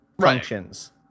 functions